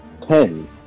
Ten